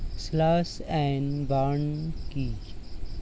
Slash and burn কি?